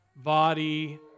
body